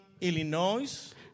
Illinois